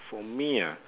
for me ah